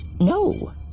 No